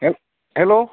hello hello